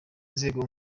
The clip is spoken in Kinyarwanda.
nzego